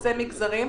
חוצה מגזרים,